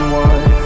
one